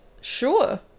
sure